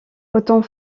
autant